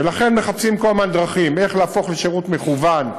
ולכן מחפשים כל הזמן דרכים להפוך לשירות מקוון,